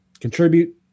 contribute